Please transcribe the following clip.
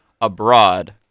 abroad